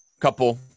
couple